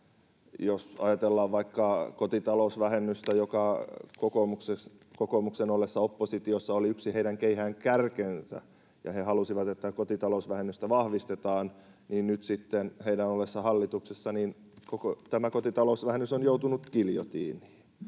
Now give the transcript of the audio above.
Jos ajatellaan vaikka kotitalousvähennystä, joka kokoomuksen ollessa oppositiossa oli yksi heidän keihäänkärkensä, ja he halusivat, että kotitalousvähennystä vahvistetaan, niin nyt sitten heidän ollessa hallituksessa koko tämä kotitalousvähennys on joutunut giljotiiniin.